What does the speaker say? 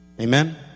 Amen